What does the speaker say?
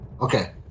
Okay